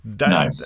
No